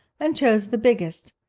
and chose the biggest,